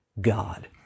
God